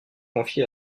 confié